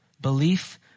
Belief